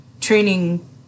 training